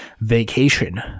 vacation